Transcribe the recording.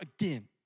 again